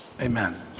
Amen